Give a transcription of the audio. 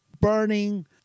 burning